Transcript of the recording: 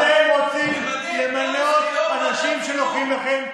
אז אתם רוצים למנות אנשים שנוחים לכם,